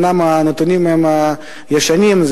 אומנם הנתונים הם ישנים,